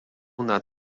nad